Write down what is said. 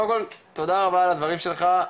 קודם כל תודה רבה על הדברים שלך,